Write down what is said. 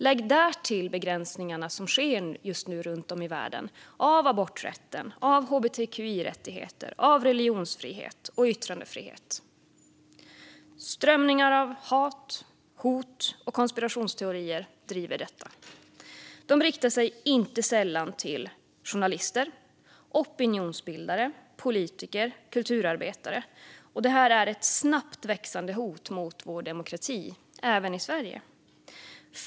Lägg därtill de begränsningar som sker just nu runt om i världen av aborträtt, hbtqi-rättigheter, religionsfrihet och yttrandefrihet. Strömningar av hat, hot och konspirationsteorier driver detta. Det riktar sig inte sällan mot journalister, opinionsbildare, politiker och kulturarbetare. Det här är ett snabbt växande hot mot vår demokrati, även i Sverige.